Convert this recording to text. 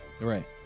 Right